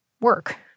work